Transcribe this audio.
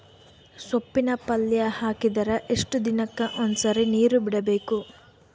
ಸೊಪ್ಪಿನ ಪಲ್ಯ ಹಾಕಿದರ ಎಷ್ಟು ದಿನಕ್ಕ ಒಂದ್ಸರಿ ನೀರು ಬಿಡಬೇಕು?